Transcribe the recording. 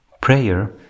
prayer